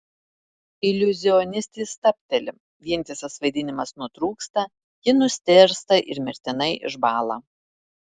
iliuzionistė stabteli vientisas vaidinimas nutrūksta ji nustėrsta ir mirtinai išbąla